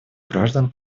граждан